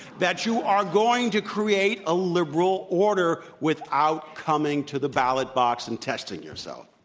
that you are going to create a liberal order without coming to the ballot box and testing yourself.